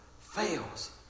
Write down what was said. fails